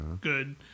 good